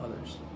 others